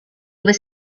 was